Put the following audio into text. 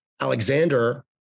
Alexander